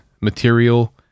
material